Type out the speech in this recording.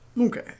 okay